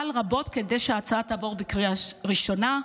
רבות כדי שההצעה תעבור בקריאה ראשונה.